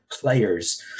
players